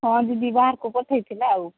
ହଁ ଦିଦି ବାହାରକୁ ପଠେଇ ଥିଲା ଆଉ